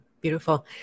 Beautiful